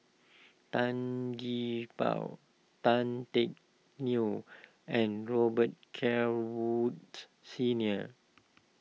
Tan Gee Paw Tan Teck Neo and Robet Carr Woods Senior